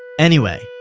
anyway,